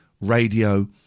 radio